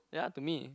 ya to me